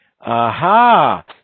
Aha